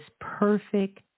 perfect